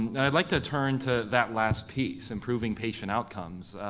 and and i'd like to turn to that last piece, improving patient outcomes.